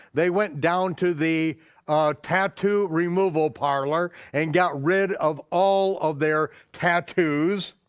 they went down to the tattoo removal parlor and got rid of all of their tattoos.